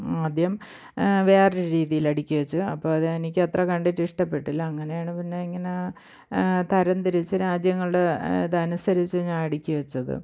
ആദ്യം വേറെ ഒരു രീതിയിൽ അടുക്കി വച്ചു അപ്പോൾ അതെനിക്ക് അത്ര കണ്ടിട്ട് ഇഷ്ടപ്പെട്ടില്ല അങ്ങനെയാണ് പിന്നെ ഇങ്ങനെ തരം തിരിച്ച് രാജ്യങ്ങളുടെ ഇത് അനുസരിച്ച് ഞാന് അടുക്കി വച്ചത്